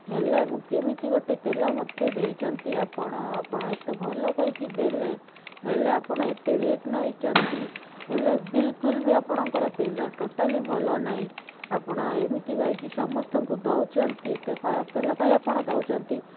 ହେଲେ ମୁଁ କେମିତି ଗୋଟେ ତେଲ ମୋତେ ଦେଇଛନ୍ତି ଆପଣ ଆପଣ ଏତେ ଭଲ କହିକି ଦେଲେ ହେଲେ ଆପଣ ଏତେ ରେଟ୍ ନେଇଛନ୍ତି ହେଲେ ବିଲକୁଲ ବି ଆପଣଙ୍କର ତେଲ ଟୋଟାଲି ଭଲ ନାହିଁ ଆପଣ ଏମିତି କହିକି ସମସ୍ତଙ୍କୁ ଦେଉଛନ୍ତି ଏତେ ଖରାପ ତେଲ କାଇ ଆପଣ ଦେଉଛନ୍ତି